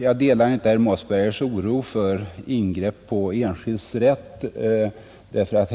Jag delar inte herr Mossbergers oro för ingrepp i enskilds rätt.